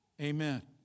Amen